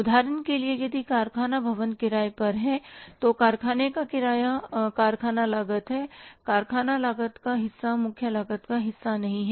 उदाहरण के लिए यदि कारखाना भवन किराए पर है तो कारखाने का किराया कारखाना लागत है कारखाना लागत का हिस्सा मुख्य लागत का हिस्सा नहीं है